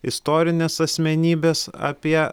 istorines asmenybes apie